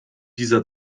dieser